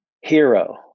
hero